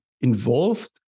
involved